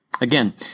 Again